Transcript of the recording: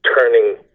turning